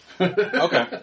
Okay